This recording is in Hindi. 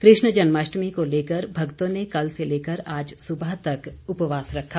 कृष्ण जन्माष्टमी को लेकर भक्तों ने कल से लेकर आज सुबह तक उपवास रखा